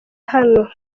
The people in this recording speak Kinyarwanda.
hano